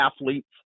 athletes